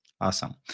awesome